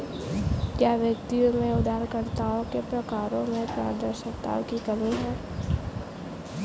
क्या व्यक्तियों में उधारकर्ताओं के प्रकारों में पारदर्शिता की कमी है?